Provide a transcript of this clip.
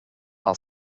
are